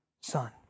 son